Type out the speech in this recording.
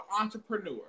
entrepreneur